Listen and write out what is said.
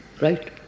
Right